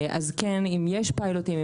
אם יש פיילוטים,